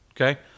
okay